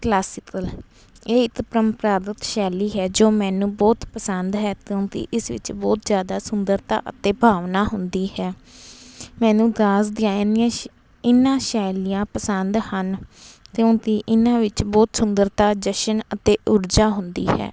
classical ਇਹ ਇੱਕ ਪਰੰਪਰਾਗਤ ਸ਼ੈਲੀ ਹੈ ਜੋ ਮੈਨੂੰ ਬਹੁਤ ਪਸੰਦ ਹੈ ਕਿਉਂਕਿ ਇਸ ਵਿੱਚ ਬਹੁਤ ਜ਼ਿਆਦਾ ਸੁੰਦਰਤਾ ਅਤੇ ਭਾਵਨਾ ਹੁੰਦੀ ਹੈ ਮੈਨੂੰ ਡਾਂਜ ਦੀਆਂ ਐਨੀਆਂ ਸ਼ ਇੰਨਾ ਸ਼ੈਲੀਆਂ ਪਸੰਦ ਹਨ ਕਿਉਂਕਿ ਇਹਨਾਂ ਵਿੱਚ ਬਹੁਤ ਸੁੰਦਰਤਾ ਜਸ਼ਨ ਅਤੇ ਉਰਜਾ ਹੁੰਦੀ ਹੈ